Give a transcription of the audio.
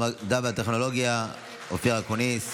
המדע והטכנולוגיה אופיר אקוניס,